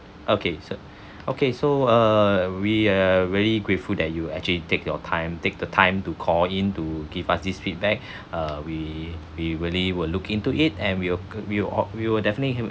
okay so okay so uh we are really grateful that you actually take your time take the time to call in to give us this feedback uh we we really will look into it and we'll we'll we will definitely